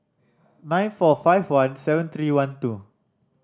nine four five one seven three one two